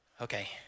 Okay